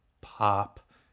pop